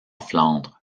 flandre